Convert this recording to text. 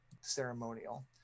ceremonial